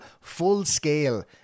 full-scale